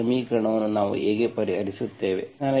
ಈ ಸಮೀಕರಣವನ್ನು ನಾವು ಹೇಗೆ ಪರಿಹರಿಸುತ್ತೇವೆ